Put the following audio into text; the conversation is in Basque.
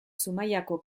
zumaiako